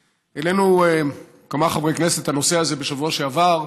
העלינו, כמה חברי כנסת, את הנושא הזה בשבוע שעבר,